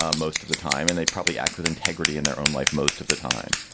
ah most of the time. and they probably act with integrity in their own life most of the time.